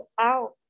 out